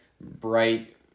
bright